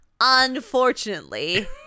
Unfortunately